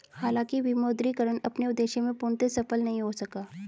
हालांकि विमुद्रीकरण अपने उद्देश्य में पूर्णतः सफल नहीं हो सका